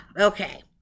okay